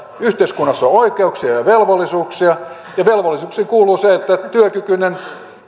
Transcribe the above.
yhteiskunnassa on on oikeuksia ja velvollisuuksia ja velvollisuuksiin kuuluu se että työkykyinen